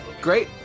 Great